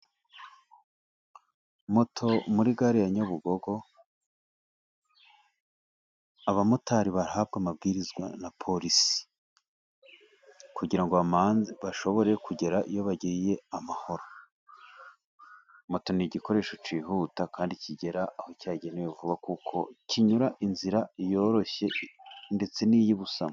Moto muri gare ya nyabugo, abamotari barahabwa amabwirizwa na police, kugirango bashobore kugera iyo bagiye amahoro. Moto ni igikoresho cyihuta kandi kigera aho cyagenewe vuba, kuko inyura inzira yoroshye ndetse n'iyubusamo.